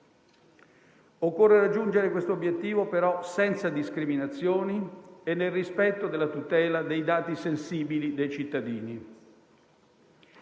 Occorre però raggiungere quest'obiettivo senza discriminazioni e nel rispetto della tutela dei dati sensibili dei cittadini.